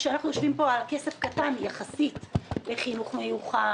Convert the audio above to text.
כשאנחנו יושבים פה על כסף קטן יחסית לחינוך מיוחד,